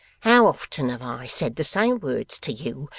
how often have i said the same words to you,